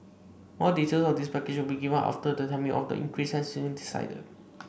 more details of this package will be given after the timing of the increase has been decided